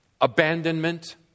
Abandonment